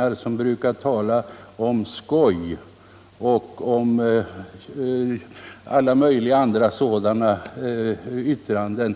allt gängse tal om skoj i detta — kreditpolitiska sammanhang och alla möjliga andra yttranden i den vägen.